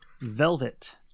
velvet